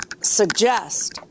suggest